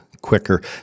Quicker